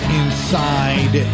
inside